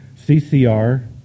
CCR